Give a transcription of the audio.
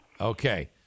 Okay